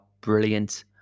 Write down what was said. brilliant